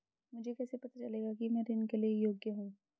मुझे कैसे पता चलेगा कि मैं ऋण के लिए योग्य हूँ?